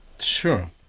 sure